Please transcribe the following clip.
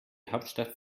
hauptstadt